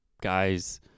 guys